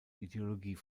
ideologie